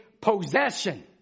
possession